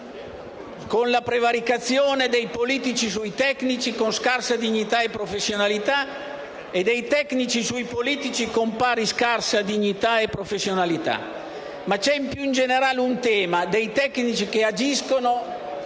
con la prevaricazione dei politici sui tecnici con scarsa dignità e professionalità e dei tecnici sui politici con pari scarsa dignità e professionalità. Ma c'è più in generale un tema, quello dei tecnici che agiscono